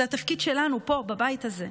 זה התפקיד שלנו פה בבית הזה.